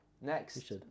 Next